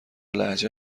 لهجه